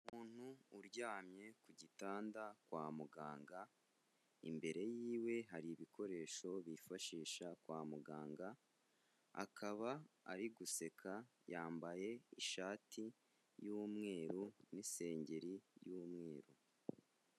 Umuntu uryamye ku gitanda kwa muganga, imbere yiwe hari ibikoresho bifashisha kwa muganga, akaba ari guseka, yambaye ishati y'umweru n'isengeri y'umweru.